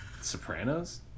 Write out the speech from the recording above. Sopranos